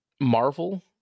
Marvel